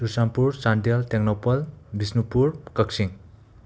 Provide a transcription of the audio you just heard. Churachandpur Chandel Tengnoupal Bishnupur Kakching